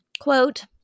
Quote